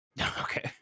okay